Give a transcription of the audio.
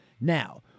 Now